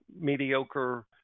mediocre